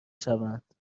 شوند